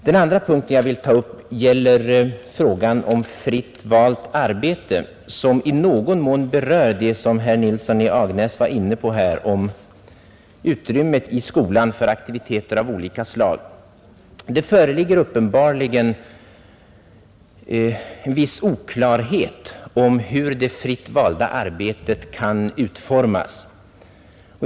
Den andra punkten som jag vill ta upp gäller frågan om fritt valt arbete som i någon mån berör det som herr Nilsson i Agnäs var inne på om utrymme i skolan för aktiviteter av olika slag. Det föreligger uppenbarligen en viss oklarhet om hur det fritt valda arbetet skall utformas.